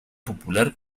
popular